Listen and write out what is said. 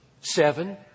Seven